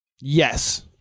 Yes